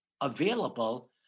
available